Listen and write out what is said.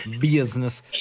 Business